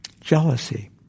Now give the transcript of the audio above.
jealousy